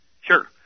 Sure